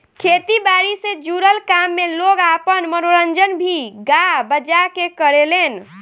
खेती बारी से जुड़ल काम में लोग आपन मनोरंजन भी गा बजा के करेलेन